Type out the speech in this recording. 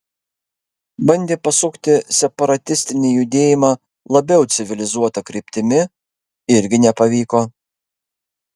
bandė pasukti separatistinį judėjimą labiau civilizuota kryptimi irgi nepavyko